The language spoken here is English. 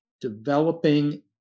developing